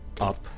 up